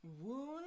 wound